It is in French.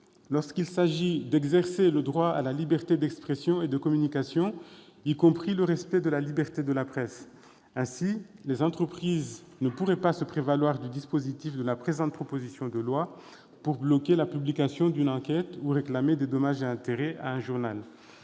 lorsqu'il s'agit d'« exercer le droit à la liberté d'expression et de communication, y compris le respect de la liberté de la presse ». Ainsi, les entreprises ne pourraient se prévaloir du dispositif de la présente proposition de loi pour bloquer la publication d'une enquête ou réclamer des dommages et intérêts à un journal.